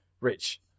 Rich